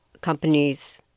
companies